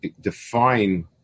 define